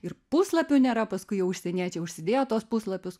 ir puslapių nėra paskui jau užsieniečiai užsidėjo tuos puslapius